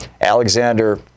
Alexander